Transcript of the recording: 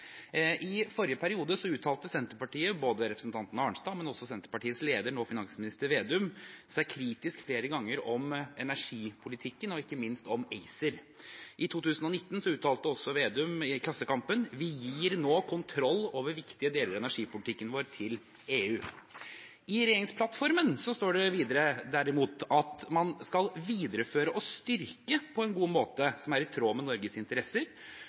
I forrige periode uttalte Senterpartiet – både representanten Arnstad og Senterpartiets leder, nå finansminister Slagsvold Vedum – seg flere ganger kritisk om energipolitikken, og ikke minst om ACER. I 2019 uttalte også Slagsvold Vedum i Klassekampen: «Vi gir kontroll over viktige deler av energipolitikken vår til Acer og EU.» I regjeringsplattformen står det derimot at man skal videreføre og styrke «på en måte som er i tråd med Norges interesser»,